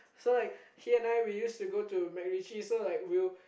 so I he and I actually used to go to MacRitchie and we used to